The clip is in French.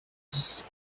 dix